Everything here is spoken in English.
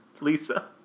Lisa